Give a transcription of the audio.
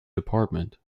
department